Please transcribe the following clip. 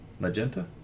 Magenta